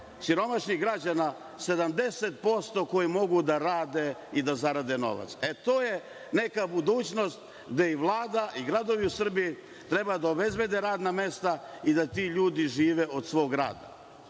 siromašnih građana 70% koji mogu da rade i da zarade novac. E to je neka budućnost gde i Vlada i gradovi u Srbiji treba da obezbede radna mesta i da ti ljudi žive od svog rada.